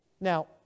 Now